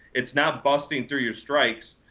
it's now busting through your strikes.